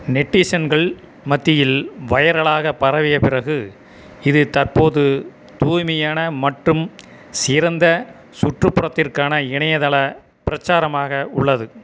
நெட்டிசன்கள் மத்தியில் வைரலாக பரவிய பிறகு இது தற்போது தூய்மையான மற்றும் சிறந்த சுற்றுப்புறத்திற்கான இணையதள பிரச்சாரமாக உள்ளது